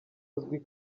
azwi